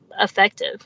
effective